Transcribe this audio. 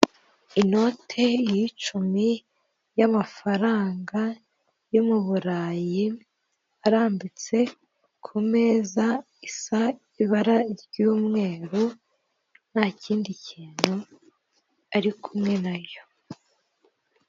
Inote y'icumi y'amafaranga yo mu burayi arambitse ku meza isa ibara ry'umweru nta kindi kintu ari kumwe nayo.